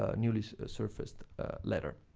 ah newly surfaced letter.